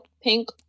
pink